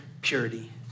purity